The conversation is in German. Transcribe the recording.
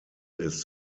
ist